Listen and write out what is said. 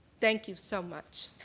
thank you so much.